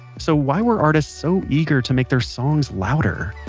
so why were artists so eager to make their songs louder?